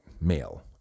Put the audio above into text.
male